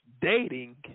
dating